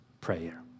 prayer